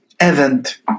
event